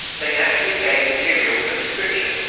they naturally gave material for description.